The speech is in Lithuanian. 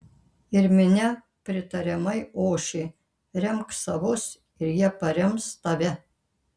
ir minia pritariamai ošė remk savus ir jie parems tave